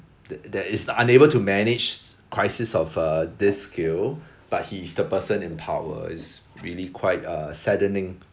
th~ that is unable to manage crisis of uh this scale but he is the person in power it's really quite uh saddening